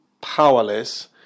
powerless